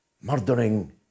Murdering